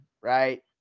right